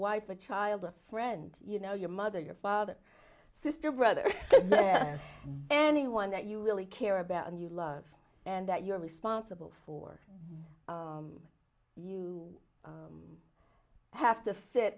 wife a child a friend you know your mother your father sister brother anyone that you really care about and you love and that you're responsible for you have to fit